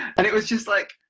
and it was just, like,